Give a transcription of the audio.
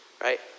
right